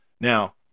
Now